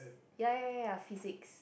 yeah yeah yeah physics